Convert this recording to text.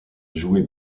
joué